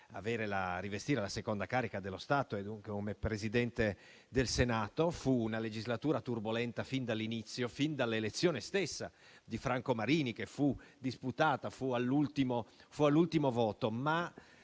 Marini rivestire la seconda carica dello Stato, come Presidente del Senato. Fu una legislatura turbolenta fin dall'inizio, fin dall'elezione stessa di Franco Marini, che fu disputata e fu all'ultimo voto. Ma